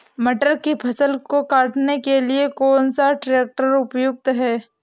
मटर की फसल को काटने के लिए कौन सा ट्रैक्टर उपयुक्त है?